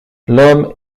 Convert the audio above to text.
l’homme